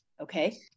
Okay